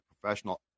professional